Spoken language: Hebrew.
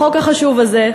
החוק החשוב הזה,